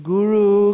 Guru